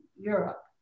Europe